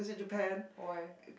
why